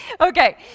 okay